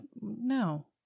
no